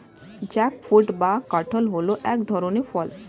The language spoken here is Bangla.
জ্যাকফ্রুট বা কাঁঠাল হল এক ধরনের ফল